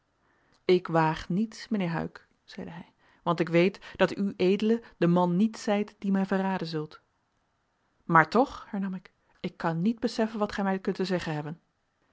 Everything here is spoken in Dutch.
ik waag niets mijnheer huyck zeide hij want ik weet dat ued de man niet zijt die mij verraden zult maar toch hernam ik ik kan niet beseffen wat gij mij kunt te zeggen hebben